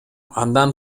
андан